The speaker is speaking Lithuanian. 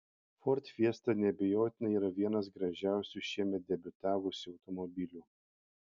ford fiesta neabejotinai yra vienas gražiausių šiemet debiutavusių automobilių